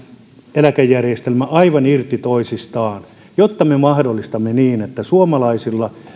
eläkejärjestelmä aivan irti toisistaan jotta me mahdollistamme sen että suomalaisilla